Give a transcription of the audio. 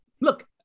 look